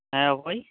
ᱦᱮᱸ ᱚᱠᱚᱭ